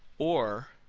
or